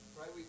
Right